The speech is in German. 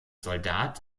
soldat